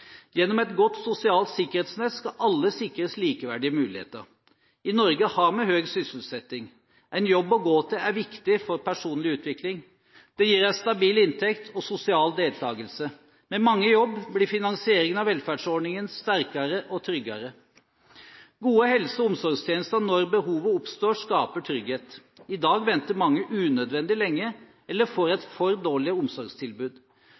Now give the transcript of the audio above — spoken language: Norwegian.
Gjennom et godt sosialt sikkerhetsnett skal alle sikres likeverdige muligheter. I Norge har vi høy sysselsetting. En jobb å gå til er viktig for personlig utvikling. Det gir en stabil inntekt og sosial deltagelse. Med mange i jobb blir finansieringen av velferdsordningene sterkere og tryggere. Gode helse- og omsorgstjenester når behovet oppstår, skaper trygghet. I dag venter mange unødvendig lenge, eller får et for dårlig omsorgstilbud.